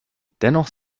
dennoch